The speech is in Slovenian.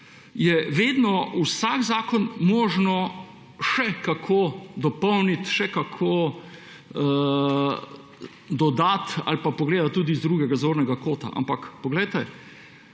je vedno vsak zakon možno še kako dopolniti, še kako dodati ali pa pogledati tudi z drugega zornega kota. Ampak poglejte,